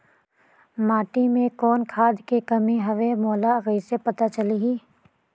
माटी मे कौन खाद के कमी हवे मोला कइसे पता चलही?